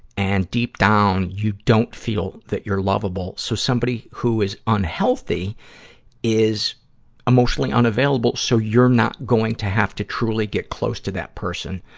and deep down, you don't feel that you're lovable, so somebody who is unhealthy is emotionally unavailable so you're not going to have to truly get close to that person.